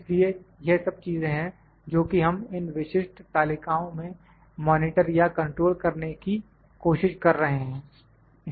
इसलिए यह सब चीजें हैं जो कि हम इन विशिष्ट तालिकाओं में मॉनिटर या कंट्रोल करने की कोशिश कर रहे हैं